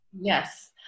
yes